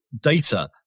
data